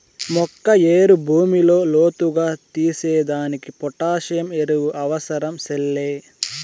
మొక్క ఏరు భూమిలో లోతుగా తీసేదానికి పొటాసియం ఎరువు అవసరం సెల్లే